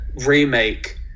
remake